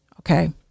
Okay